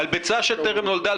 על ביצה שטרם נולדה.